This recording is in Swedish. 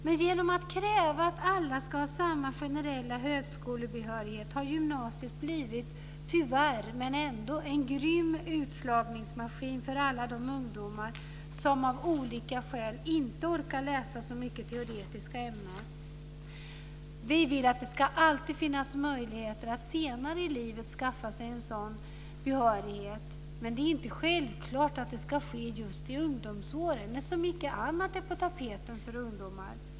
Men genom att kräva att alla ska ha samma generella högskolebehörighet har gymnasiet tyvärr blivit en grym utslagningsmaskin för alla de ungdomar som av olika skäl inte orkar läsa så mycket teoretiska ämnen. Vi vill att det alltid ska finnas möjligheter att senare i livet skaffa sig en sådan behörighet. Men det är inte självklart att det ska ske just i ungdomsåren när så mycket annat är på tapeten för ungdomar.